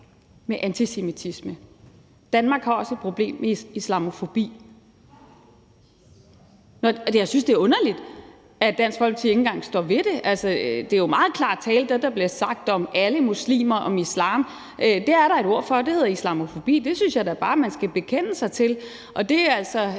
med antisemitisme; Danmark har også et problem med islamofobi. Og jeg synes, det er underligt, at Dansk Folkeparti ikke engang står ved det. Altså, det, der bliver sagt om alle muslimer og om islam, er jo meget klar tale. Det er der et ord for, og det er islamofobi. Det synes jeg da bare man skal bekende sig til. Og det er altså